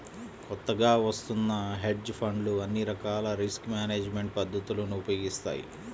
కొత్తగా వత్తున్న హెడ్జ్ ఫండ్లు అన్ని రకాల రిస్క్ మేనేజ్మెంట్ పద్ధతులను ఉపయోగిస్తాయి